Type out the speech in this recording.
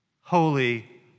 Holy